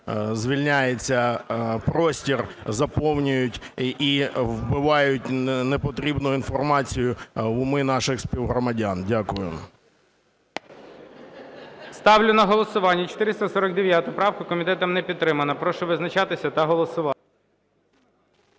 звільняється простір, заповнюють і вбивають непотрібну інформацію в уми наших співгромадян. Дякую. ГОЛОВУЮЧИЙ. Ставлю на голосування 449 правку. Комітетом не підтримана. Прошу визначатися та голосувати.